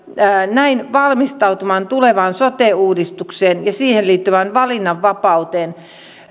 näin valmistautumaan tulevaan sote uudistukseen ja siihen liittyvään valinnanvapauteen